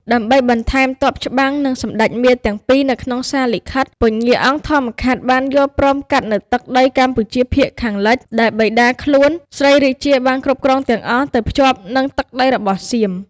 ដើម្បីបន្ថែមទ័ពច្បាំងនិងសម្ដេចមារទាំងពីរ នៅក្នុងសារលិខិត ពញ្ញាអង្គធម្មខាត់ បានយល់ព្រមកាត់នូវទឹកដីកម្ពុជាភាគខាងលិចដែលបិតាខ្លួនស្រីរាជាបានគ្រប់គ្រងទាំងអស់ ទៅភ្ចាប់និងទឹកដីរបស់សៀម ។